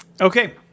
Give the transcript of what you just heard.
Okay